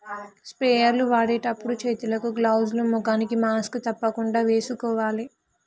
sprayer లు వాడేటప్పుడు చేతులకు గ్లౌజ్ లు, ముఖానికి మాస్క్ తప్పకుండా వేసుకోవాలి